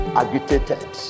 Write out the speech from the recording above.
agitated